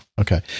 Okay